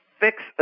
fix